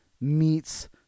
meets